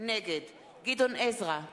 נגד גדעון עזרא,